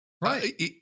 Right